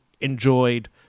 enjoyed